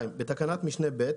בתקנת משנה (ב),